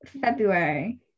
February